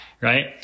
Right